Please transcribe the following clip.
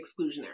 exclusionary